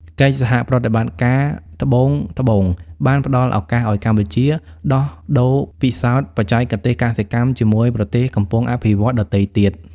កិច្ចសហប្រតិបត្តិការត្បូង-ត្បូង បានផ្ដល់ឱកាសឱ្យកម្ពុជាដោះដូរពិសោធន៍បច្ចេកទេសកសិកម្មជាមួយប្រទេសកំពុងអភិវឌ្ឍន៍ដទៃទៀត។